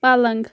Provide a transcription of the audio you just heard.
پلَنٛگ